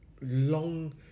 Long